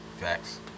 Facts